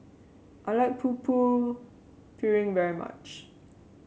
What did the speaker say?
I like Putu Piring very much